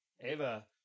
Ava